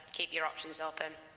keep your options open.